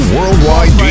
Worldwide